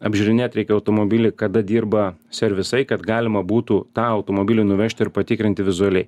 apžiūrinėt reikia automobilį kada dirba servisai kad galima būtų tą automobilį nuvežti ir patikrinti vizualiai